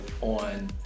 on